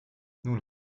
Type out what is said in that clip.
nun